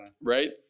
Right